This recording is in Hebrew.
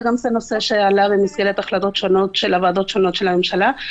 וזה גם נושא שעלה במסגרת החלטות שונות של ועדות שונות של הממשלה.